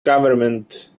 government